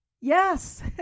Yes